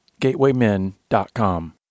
gatewaymen.com